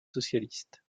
socialistes